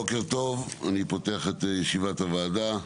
בוקר טוב, אני פותח את ישיבת הוועדה,